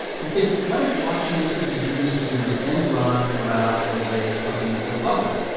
he thinks, what if blockchain could be used to do an end-run around the way companies go public,